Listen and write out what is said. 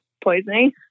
poisoning